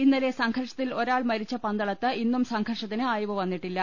ഇന്നലെ സംഘർഷത്തിൽ ഒരാൾ മരിച്ച പന്തളത്ത് ഇന്നും സംഘർഷത്തിന് അയവ് വന്നിട്ടില്ല